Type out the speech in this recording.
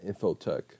Infotech